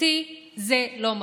אותי זה לא מפתיע.